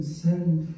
send